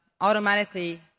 automatically